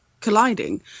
colliding